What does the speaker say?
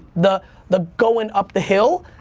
the the going up the hill,